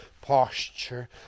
posture